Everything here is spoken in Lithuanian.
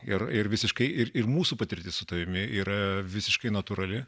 ir ir visiškai ir mūsų patirtis su tavimi yra visiškai natūrali